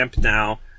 now